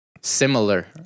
similar